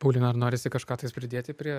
paulina ar norisi kažką tais pridėti prie